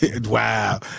Wow